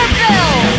bill